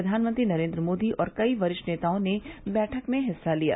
प्रधानमंत्री नरेंद्र मोदी और कई वरिष्ठ नेताओं ने बैठक में हिस्सा लिया